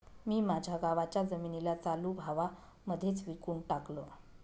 मी माझ्या गावाच्या जमिनीला चालू भावा मध्येच विकून टाकलं